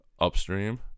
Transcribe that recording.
upstream